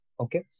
Okay